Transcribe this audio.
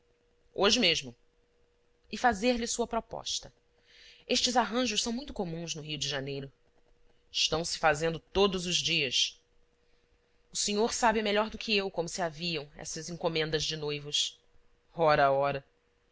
hoje mesmo e fazer-lhe sua proposta estes arranjos são muito comuns no rio de janeiro estão se fazendo todos os dias o senhor sabe melhor do que eu como se aviam estas encomendas de noivos ora ora